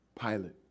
Pilate